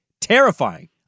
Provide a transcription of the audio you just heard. Terrifying